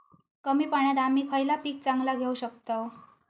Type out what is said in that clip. कमी पाण्यात आम्ही खयला पीक चांगला घेव शकताव?